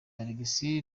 alexis